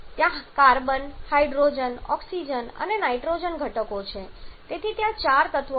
ત્યાં carbon hydrogen oxygen અને nitrogen ઘટકો છે તેથી ત્યાં ચાર તત્વો હાજર છે